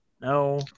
no